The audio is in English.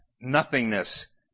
nothingness